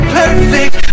perfect